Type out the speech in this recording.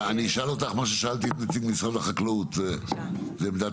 אשאל אותך את מה ששאלתי את נציג משרד החקלאות: זו עמדת